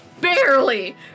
Barely